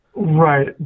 Right